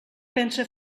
pensa